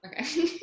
Okay